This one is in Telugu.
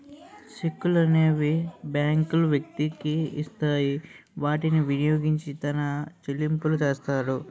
చెక్కులనేవి బ్యాంకులు వ్యక్తికి ఇస్తాయి వాటిని వినియోగించి తన చెల్లింపులు చేస్తాడు